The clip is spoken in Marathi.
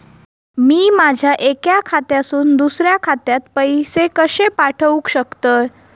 मी माझ्या एक्या खात्यासून दुसऱ्या खात्यात पैसे कशे पाठउक शकतय?